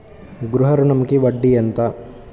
గృహ ఋణంకి వడ్డీ ఎంత?